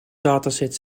dataset